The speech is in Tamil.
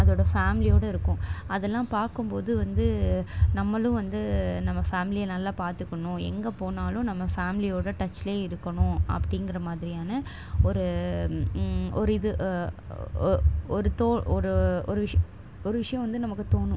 அதோடய ஃபேம்லியோட இருக்கும் அதெல்லாம் பார்க்கும் போது வந்து நம்மளும் வந்து நம்ம ஃபேம்லியை நல்ல பார்த்துக்கணும் எங்கே போனாலும் நம்ம ஃபேம்லி வோட டச்சில் இருக்கணும் அப்படிங்கிற மாதிரியான ஒரு ஒரு இது ஒ ஒரு தோ ஒரு ஒரு விஷிய ஒரு விஷயம் வந்து நமக்கு தோணும்